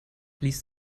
ließ